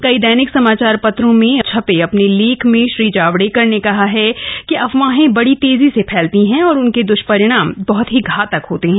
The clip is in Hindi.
कई दैनिक समाचार पत्रों में अपने छपे लेख में श्री जावड़ेकर ने कहा है कि अफवाहें बड़ी तेजी से फैलती हैं और उनके द्वष्परिणाम भी बहत घातक होते हैं